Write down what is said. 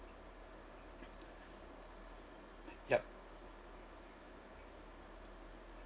yup